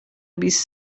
بیست